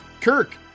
Kirk